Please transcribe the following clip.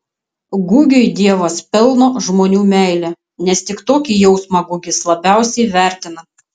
gugiui dievas pelno žmonių meilę nes tik tokį jausmą gugis labiausiai vertina